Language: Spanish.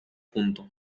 punto